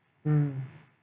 mm